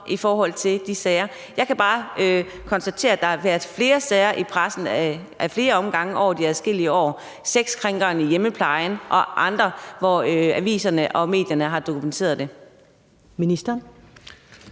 i forhold til de sager. Jeg kan bare konstatere, at der har været flere sager i pressen ad flere omgange over adskillige år – »Sexkrænkeren i hjemmeplejen« og andre sager – hvor aviserne og medierne har dokumenteret det. Kl.